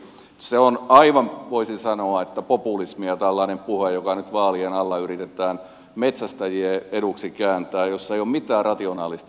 se on aivan voisin sanoa populismia tällainen puhe joka nyt vaalien alla yritetään metsästäjien eduksi kääntää jossa ei ole mitään rationaalista järkeä